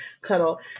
cuddle